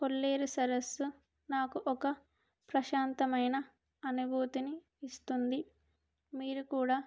కొల్లేరు సరస్సు నాకు ఒక ప్రశాంతమైన అనుభూతిని ఇస్తుంది మీరు కూడా